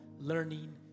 learning